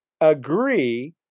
agree